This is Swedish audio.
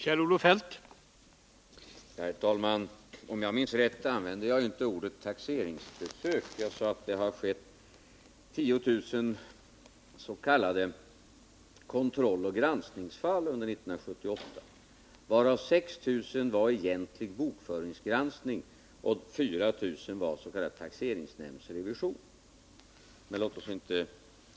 Herr talman! Om jag minns rätt använde jag inte ordet taxeringsbesök. Jag sade att det har förekommit 10 000 s.k. kontrolloch granskningsfall under 1978, varav 6000 var egentliga bokföringsgranskningar och 4000 s.k. taxeringsnämndsrevisioner. Men låt oss inte